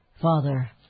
Father